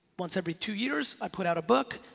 once every two years, i put out a book.